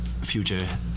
future